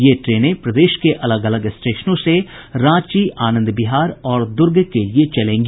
ये ट्रेनें प्रदेश के अलग अलग स्टेशनों से रांची आनंद विहार और दुर्ग के लिए चलेंगी